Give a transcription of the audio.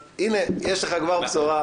הנה, יש לך כבר בשורה טובה.